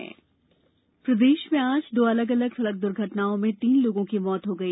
दुर्घटना मौत प्रदेश में आज दो अलग अलग सड़क दुर्घटनाओं में तीन लोगों की मौत हो गई